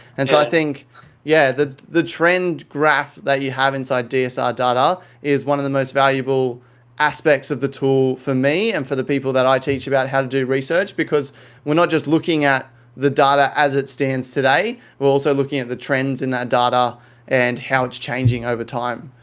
and so yeah the the trend graph that you have inside dsr data is one of the most valuable aspects of the tool for me and for the people that i teach about how to do research because we're not just looking at the data as it stands today. we're also looking at the trends in that data and how it's changing over time.